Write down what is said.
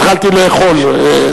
התחלתי לאכול.